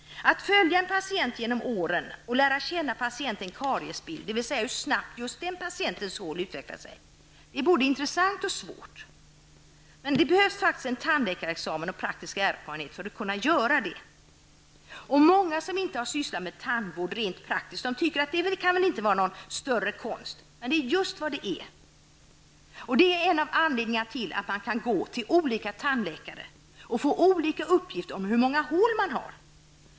Att följa en patient genom åren och därmed lära känna patientens kariesbild, dvs. hur snabbt patientens hål utvecklar sig, är både intressant och svårt. Det behövs faktiskt tandläkarexamen och praktisk erfarenhet för att man skall kunna göra det. Många som inte har sysslat med tandvård rent praktiskt tycker att det väl inte är någon större konst att göra det. Men det är just vad det är. Det är en av anledningarna till att man hos olika tandläkare kan få olika uppgifter om hur många hål man har.